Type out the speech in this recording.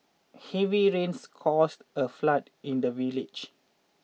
heavy rains caused a flood in the village